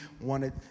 wanted